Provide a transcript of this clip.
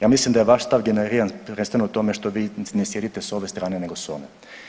Ja mislim da je vaš stav generiran prvenstveno u tome što vi ne sjedite s ove strane nego s one.